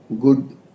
Good